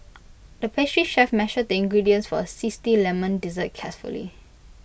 the pastry chef measured the ingredients for A Zesty Lemon Dessert carefully